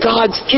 God's